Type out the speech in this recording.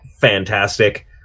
fantastic